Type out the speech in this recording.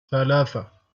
ثلاثة